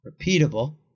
Repeatable